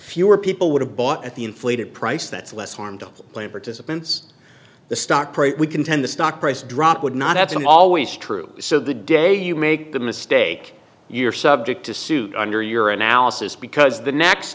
fewer people would have bought at the inflated price that's less harm to plan participants the stock price we contend the stock price drop would not at some always true so the day you make the mistake you're subject to suit under your analysis because the next